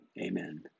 Amen